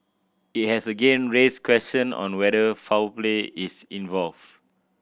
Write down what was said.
it has again raised question on whether foul play is involved